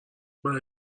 برای